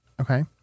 Okay